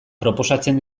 proposatzen